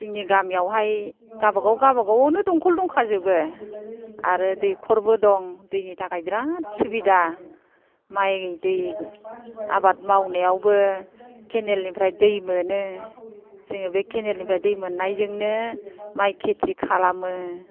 जोंनि गामियावहाय गावबागाव गावबागावानो दंखल दंखाजोबो आरो दैखरबो दं दैनि थाखाय बिराद सुबिदा माइ दै आबाद मावनायावबो केनेलनिफ्राय दै मोनो जोङो बे केनेलनिफ्राय दै मोननायजोंनो माइ खेथि खालामो